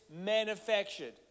manufactured